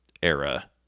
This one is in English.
era